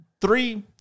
three